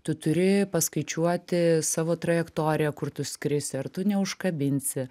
tu turi paskaičiuoti savo trajektoriją kur tu skrisi ar tu neužkabinsi